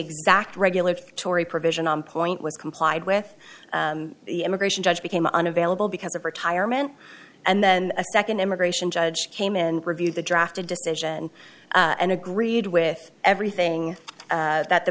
exact regular tory provision on point was complied with the immigration judge became unavailable because of retirement and then a second immigration judge came in review the drafted decision and agreed with everything that the